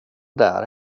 där